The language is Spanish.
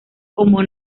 como